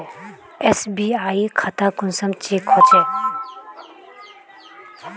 SBI खाता कुंसम check होचे?